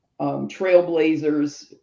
trailblazers